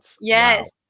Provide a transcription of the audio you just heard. yes